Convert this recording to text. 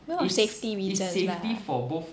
more of safety reasons lah